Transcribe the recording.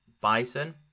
Bison